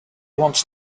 wants